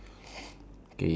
um